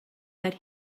that